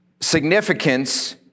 significance